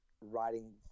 writing